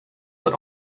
but